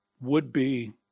would-be